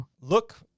look